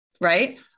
right